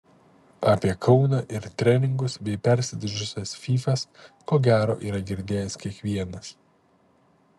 apie kauną ir treningus bei persidažiusias fyfas ko gero yra girdėjęs kiekvienas